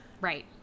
Right